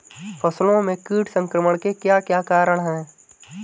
फसलों में कीट संक्रमण के क्या क्या कारण है?